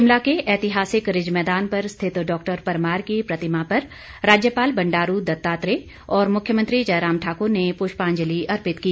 शिमला के ऐतिहासिक रिज मैदान पर स्थित डॉक्टर परमार की प्रतिमा पर राज्यपाल बंडारू दत्तात्रेय और मुख्यमंत्री जयराम ठाकुर ने पुष्पांजलि अर्पित की